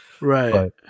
right